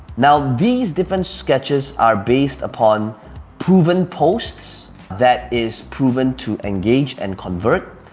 now these different sketches are based upon proven posts that is proven to engage and convert.